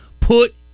put